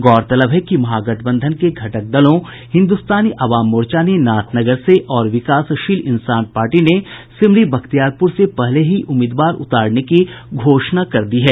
गौरतलब है कि महागठबंधन के घटक दलों हिन्दुस्तानी अवाम मोर्चा ने नाथनगर से और विकासशील इंसान पार्टी ने सिमरी बख्तियारपुर से पहले ही उम्मीदवार उतारने की घोषणा कर दी है